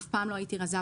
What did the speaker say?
אף פעם לא הייתי רזה,